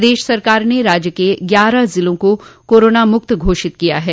प्रदेश सरकार ने राज्य के ग्यारह जिलों को कोरोना मुक्त घोषित किया है